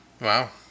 Wow